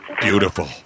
Beautiful